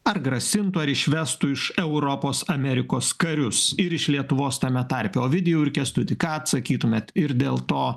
ar grasintų ar išvestų iš europos amerikos karius ir iš lietuvos tame tarpe ovidijau ir kęstuti ką atsakytumėt ir dėl to